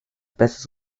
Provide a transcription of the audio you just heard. bestes